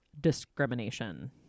discrimination